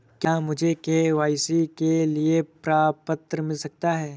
क्या मुझे के.वाई.सी के लिए प्रपत्र मिल सकता है?